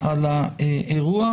על האירוע,